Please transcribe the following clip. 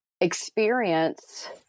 experience